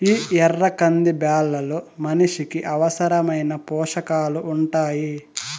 ఈ ఎర్ర కంది బ్యాళ్ళలో మనిషికి అవసరమైన పోషకాలు ఉంటాయి